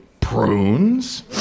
prunes